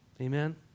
Amen